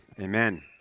Amen